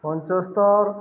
ପଞ୍ଚସ୍ତରୀ